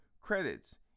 credits